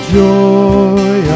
joy